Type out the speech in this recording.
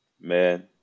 Man